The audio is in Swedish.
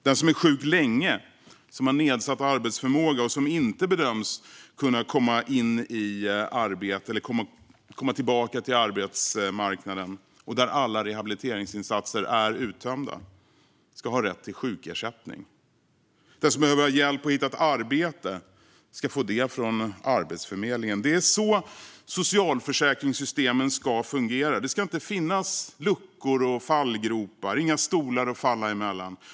Den som är sjuk länge, har en nedsatt arbetsförmåga och bedöms inte kunna komma in i eller tillbaka till arbetsmarknaden och där alla rehabiliteringsinsatser är uttömda ska ha rätt till sjukersättning. Den som behöver ha hjälp att hitta ett arbete ska få det från Arbetsförmedlingen. Det är så socialförsäkringssystemen ska fungera. Det ska inte finnas luckor, fallgropar eller stolar att falla emellan.